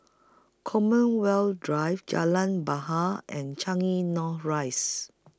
Commonwealth Drive Jalan Bahar and Changi North Rise